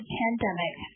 pandemic